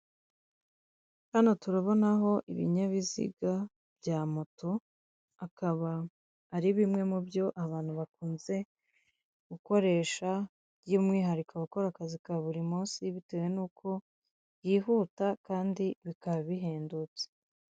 Hano turabonaho ibinyabiziga bya moto akaba ari bimwe mubyo abantu bakunze gukoresha by'umwihariko abakora akazi ka buri munsi bitewe nuko yihuta kandi bikaba bihendutse.